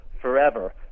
forever